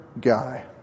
guy